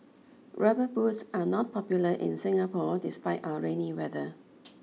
rubber boots are not popular in Singapore despite our rainy weather